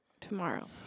tomorrow